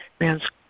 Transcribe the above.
man's